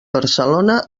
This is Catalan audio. barcelona